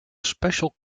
special